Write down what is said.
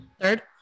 third